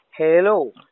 Hello